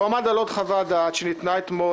הוא עמד על עוד חוות דעת שניתנה אתמול